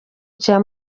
cya